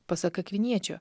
pasak akviniečio